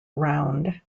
round